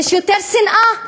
יש יותר שנאה.